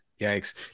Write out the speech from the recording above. Yikes